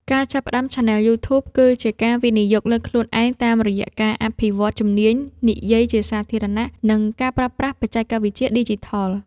ការចាប់ផ្តើមឆានែលយូធូប គឺជាការវិនិយោគលើខ្លួនឯងតាមរយៈការអភិវឌ្ឍជំនាញនិយាយជាសាធារណៈ និងការប្រើប្រាស់បច្ចេកវិទ្យាឌីជីថល។